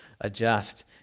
adjust